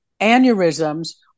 aneurysms